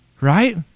right